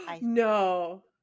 No